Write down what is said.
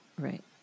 Right